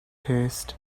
haste